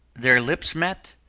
their lips met,